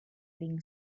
being